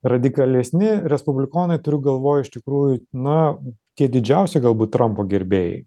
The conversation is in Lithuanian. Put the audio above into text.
radikalesni respublikonai turiu galvoj iš tikrųjų na tie didžiausi galbūt trampo gerbėjai